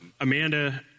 Amanda